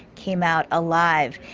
came out alive.